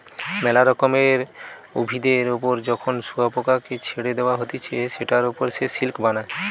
মেলা রকমের উভিদের ওপর যখন শুয়োপোকাকে ছেড়ে দেওয়া হতিছে সেটার ওপর সে সিল্ক বানায়